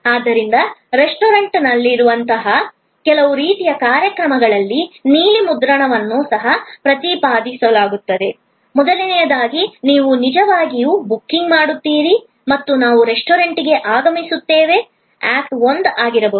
ಆದ್ದರಿಂದ ರೆಸ್ಟೋರೆಂಟ್ನಲ್ಲಿರುವಂತಹ ಕೆಲವು ರೀತಿಯ ಕಾರ್ಯಗಳಲ್ಲಿ ನೀಲಿ ಮುದ್ರಣವನ್ನು ಸಹ ಪ್ರತಿನಿಧಿಸಬಹುದು ಮೊದಲನೆಯದಾಗಿ ನೀವು ನಿಜವಾಗಿಯೂ ಬುಕಿಂಗ್ ಮಾಡುತ್ತೀರಿ ಮತ್ತು ನಾವು ರೆಸ್ಟೋರೆಂಟ್ಗೆ ಆಗಮಿಸುತ್ತೇವೆ ಆಕ್ಟ್ 1 ಆಗಿರಬಹುದು